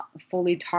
fully